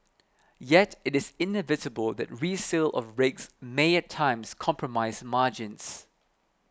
yet it is inevitable that resale of rigs may at times compromise margins